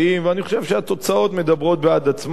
ואני חושב שהתוצאות מדברות בעד עצמן.